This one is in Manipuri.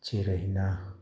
ꯏꯆꯦ ꯔꯍꯤꯅꯥ